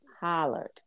hollered